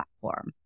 platform